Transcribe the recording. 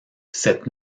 cette